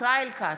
ישראל כץ,